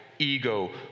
ego